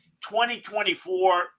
2024